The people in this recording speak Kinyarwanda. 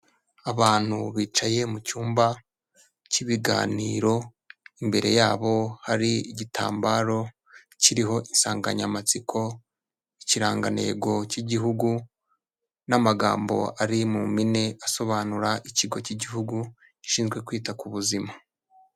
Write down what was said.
Abantu bicaye mu cyumba cy'ibiganiro, imbere yabo hari igitambaro kiriho insanganyamatsiko, ikirangantego cy'igihugu n'amagambo ari mu mpine asobanura ikigo cy'igihugu gishinzwe kwita ku buzima.